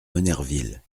monnerville